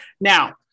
Now